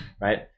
right